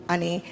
Ani